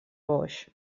boix